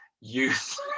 youth